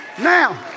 now